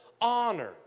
honor